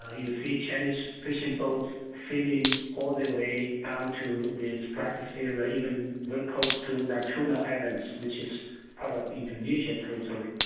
ah you see chinese fishing boats sailing all the way down to the spratlys area, even very close to natuna islands, which is part of indonesian territory.